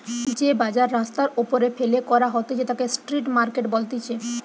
যে বাজার রাস্তার ওপরে ফেলে করা হতিছে তাকে স্ট্রিট মার্কেট বলতিছে